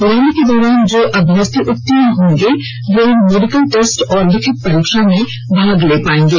इस रैली के दौरान जो अम्यर्थी उत्तीर्ण होंगे वो मेडिकल टेस्ट और लिखित परीक्षा में भाग ले पायेंगे